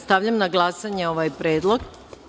Stavljam na glasanje ovaj Predlog.